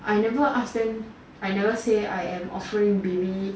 I never ask them I never say I am offering baby